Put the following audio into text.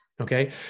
Okay